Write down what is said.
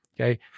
Okay